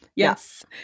yes